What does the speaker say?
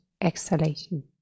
exhalation